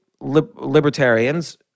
libertarians